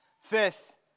Fifth